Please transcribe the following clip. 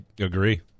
agree